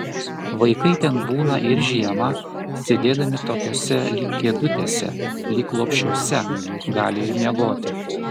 vaikai ten būna ir žiemą sėdėdami tokiose lyg kėdutėse lyg lopšiuose gali ir miegoti